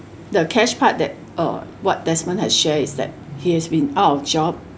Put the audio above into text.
the cash part that uh what desmond has share is that he has been out of job